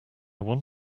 want